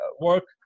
work